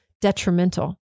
detrimental